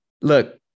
look